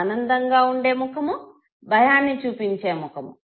ఆనందంగా ఉండే ముఖము భయాన్ని చూపించే ముఖము